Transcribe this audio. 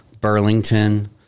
Burlington